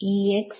TM